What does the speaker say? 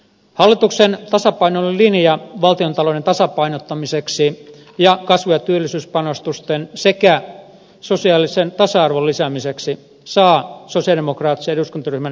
hallituksen tasapainoinen linja valtiontalouden tasapainottamiseksi ja kasvu ja työllisyyspanostusten sekä sosiaalisen tasa arvon lisäämiseksi saa sosialidemokraattisen eduskuntaryhmän täyden tuen